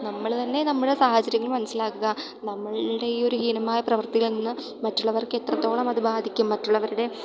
നമ്മൾ തന്നെ നമ്മുടെ സാഹചര്യങ്ങൾ മനസ്സിലാക്കുക നമ്മളുടെ ഈ ഒരു ഹീനമായ പ്രവർത്തിയിൽ നിന്ന് മറ്റുള്ളവർക്ക് എത്രത്തോളം അത് ബാധിക്കും മറ്റുള്ളവരുടെ